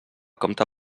compte